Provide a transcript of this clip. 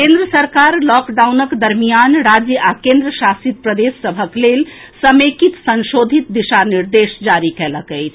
केन्द्र सरकार लॉकडाउनक दरमियान राज्य आ केन्द्र शासित प्रदेश सभक लेल समेकित संशोधित दिशा निर्देश जारी कएलक अछि